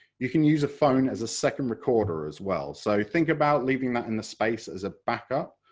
you can use a phone as a second recorder as well, so think about leaving that in the space as a back-up,